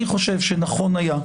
אני חושב שנכון היה,